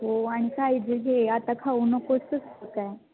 हो आणि काय जे हे आता खाऊ नकोस तसलं काय